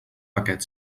paquet